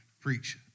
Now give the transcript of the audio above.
preach